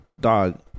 dog